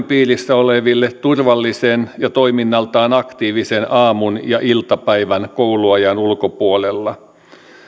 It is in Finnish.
piirissä oleville turvallisen ja toiminnaltaan aktiivisen aamun ja iltapäivän kouluajan ulkopuolella